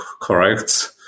correct